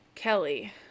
Kelly